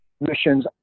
missions